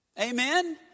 Amen